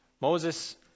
Moses